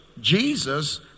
Jesus